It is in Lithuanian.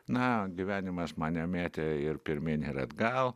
na gyvenimas mane mėtė ir pirmyn ir atgal